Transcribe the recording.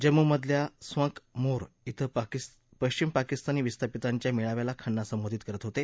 जम्मूमधल्या स्वंख मोन्ह क्वें पश्चिम पाकिस्तानी विस्थापितांच्या मेळाव्याला खन्ना संबोधित करत होते